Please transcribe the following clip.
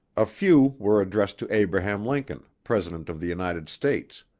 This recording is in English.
a few were addressed to abraham lincoln, president of the united states.